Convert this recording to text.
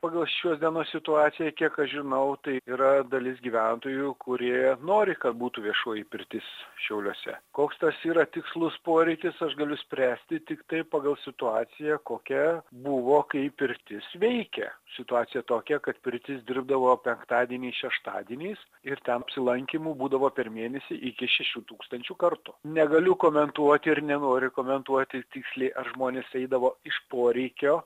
pagal šios dienos situaciją kiek aš žinau tai yra dalis gyventojų kurie nori kad būtų viešoji pirtis šiauliuose koks tas yra tikslus poreikis aš galiu spręsti tiktai pagal situaciją kokia buvo kai pirtis veikė situacija tokia kad pirtis dirbdavo penktadieniais šeštadieniais ir ten apsilankymų būdavo per mėnesį iki šešių tūkstančių kartų negaliu komentuoti ir nenoriu komentuoti tiksliai ar žmonės eidavo iš poreikio